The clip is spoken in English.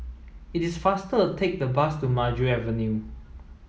it is faster to take the bus to Maju Avenue